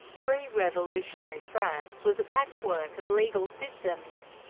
pre-revolutionary france was a patchwork of legal systems,